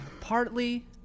Partly